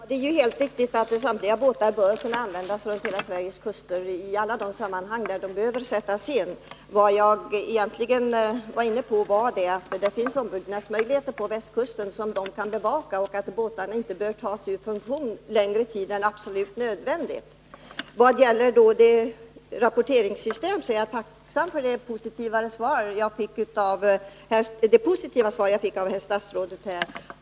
Herr talman! Det är helt riktigt att samtliga båtar bör kunna användas runt hela Sveriges kuster i alla de sammanhang där de behöver sättas in. Men vad jag egentligen tänkte på var att det finns möjligheter till ombyggnad på västkusten där kustbevakningspersonalen kan följa arbetet. Och dessutom bör båtarna inte tas ur funktion längre tid än absolut nödvändigt. Beträffande rapporteringssystemet är jag tacksam för det positiva svar som jag fick av statsrådet.